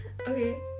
okay